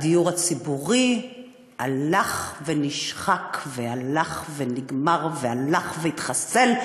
הדיור הציבורי הלך ונשחק והלך ונגמר והלך והתחסל,